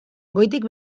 goitik